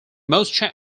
most